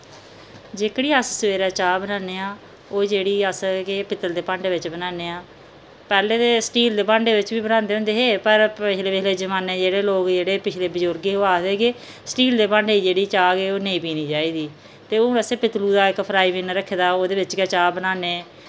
जेह्कड़ी अस सवेरै चाह् बनान्ने आं ओह् जेह्ड़ी अस के पित्तल दे भांडे बिच बनान्ने आं पैह्लें ते स्टील दे भांडे बिच बी बनांदे होंदे हे पर पिछले पिछले जमाने जेह्ड़े लोक जेह्ड़े पिछले बुजुर्ग हे ओह् आखदे के स्टील दे भांडे च जेह्ड़ी चाह् ओह् नेईं पीनी चाहिदी ते हून असें पित्त्लु दा इक फ्राई विन रक्खे दा उदे बिच गै चाह् बनान्ने